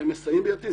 והם מסייעים בידי.